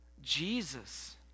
Jesus